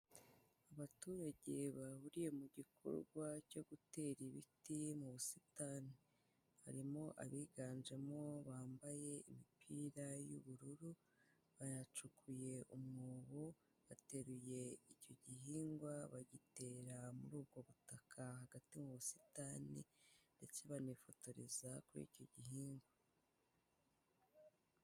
Abaturage bahuriye mu gikorwa cyo gutera ibiti mu busitani, harimo abiganjemo bambaye imipira y'ubururu bayacukuye umwobo bateruye icyo gihingwa bagitera muri ubwo butaka hagati mu busitani ndetse banifotoreza kuri icyo gihingwa.